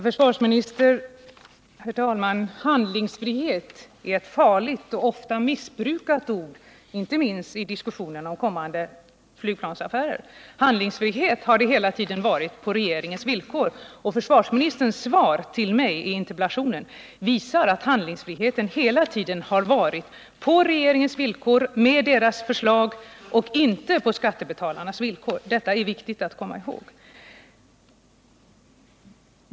Herr talman! Handlingsfrihet är ett farligt och ofta missbrukat ord, herr försvarsminister, inte minst i diskussionen om kommande flygplansaffärer. Handlingsfrihet har det hela tiden varit — på industrins villkor! Försvarsministerns svar till mig på interpellationen visar att handlingsfriheten hela tiden varit på industrins villkor, i linje med dess förslag, och inte på skattebetalarnas villkor. Detta är viktigt att komma ihåg.